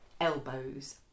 elbows